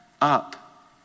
up